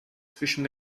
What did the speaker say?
zwischen